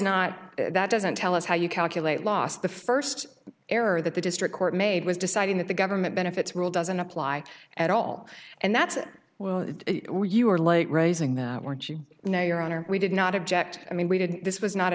not that doesn't tell us how you calculate loss the first error that the district court made was deciding that the government benefits rule doesn't apply at all and that's where you are like raising them weren't you now your honor we did not object i mean we did this was not